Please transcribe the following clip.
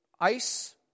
ice